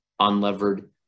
unlevered